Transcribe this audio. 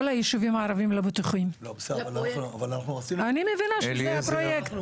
אני מבינה שזה הפרויקט,